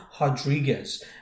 Rodriguez